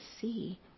see